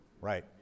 Right